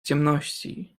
ciemności